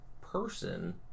person